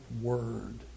Word